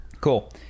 Cool